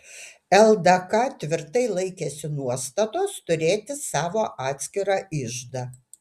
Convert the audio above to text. ldk tvirtai laikėsi nuostatos turėti savo atskirą iždą